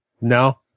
No